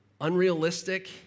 unrealistic